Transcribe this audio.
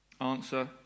Answer